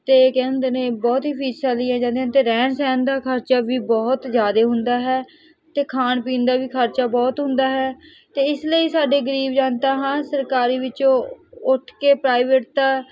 ਅਤੇ ਕਹਿੰਦੇ ਨੇ ਬਹੁਤ ਹੀ ਫੀਸਾਂ ਲਈਆਂ ਜਾਂਦੀਆਂ ਹਨ ਅਤੇ ਰਹਿਣ ਸਹਿਣ ਦਾ ਖਰਚਾ ਵੀ ਬਹੁਤ ਜ਼ਿਆਦਾ ਹੁੰਦਾ ਹੈ ਅਤੇ ਖਾਣ ਪੀਣ ਦਾ ਵੀ ਖਰਚਾ ਬਹੁਤ ਹੁੰਦਾ ਹੈ ਅਤੇ ਇਸ ਲਈ ਸਾਡੇ ਗਰੀਬ ਜਨਤਾ ਹਾਂ ਸਰਕਾਰੀ ਵਿੱਚੋਂ ਉੱਠ ਕੇ ਪ੍ਰਾਈਵੇਟ ਤਾਂ